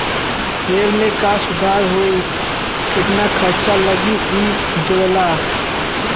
rail में का सुधार होई केतना खर्चा लगी इ जोड़ला